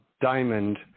diamond